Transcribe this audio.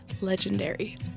legendary